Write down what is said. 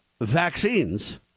vaccines